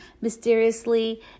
mysteriously